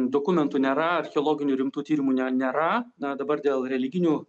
dokumentų nėra archeologinių rimtų tyrimų nė nėra na dabar dėl religinių